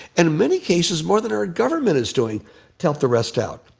in many cases, more than our government is doing to help the rest out.